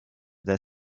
their